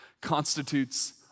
constitutes